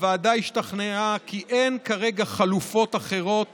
הוועדה השתכנעה כי אין כרגע חלופות אחרות